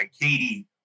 Katie